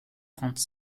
trente